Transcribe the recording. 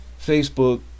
Facebook